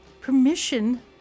Permission